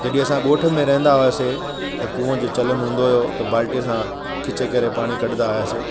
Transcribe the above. जॾहिं असां ॻोठ में रहंदा हुआसीं त कुआ जो चलनि हूंदो हुओ त बाल्टीअ सां खिचे करे पाणी कॾदा हुआसीं